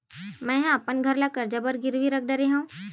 मेहा अपन घर ला कर्जा बर गिरवी रख डरे हव